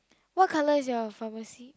what colour is your pharmacy